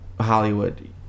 Hollywood